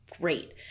great